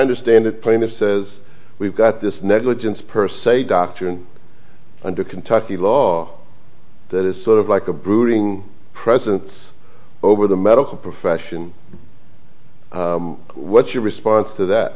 understand it plaintiff says we've got this negligence per se doctor and under kentucky law that is sort of like a brooding presence over the medical profession what's your response to that